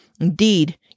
Indeed